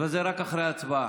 אבל זה רק אחרי ההצבעה.